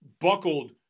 buckled